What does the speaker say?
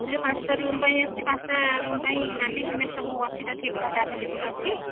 ସେ ପାଞ୍ଚଟା ରୁମ୍ ପାଇଁ ଆସିଛି ପଞ୍ଚଟା ରୁମ୍ ପାଇଁ ବାଲି ସିମେଣ୍ଟ୍ ସବୁ ଅଛି ତ ଠିକ୍ ଠାକ୍ ଆଭେଲେବୁଲ୍ ଅଛି